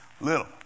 little